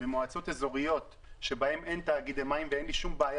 במועצות אזוריות שבהן אין תאגידי מים ואין לי שום בעיה